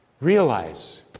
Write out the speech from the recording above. realize